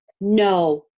no